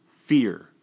Fear